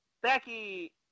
Becky